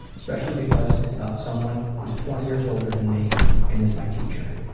especially because it's about someone who's twenty years older than me and is my teacher.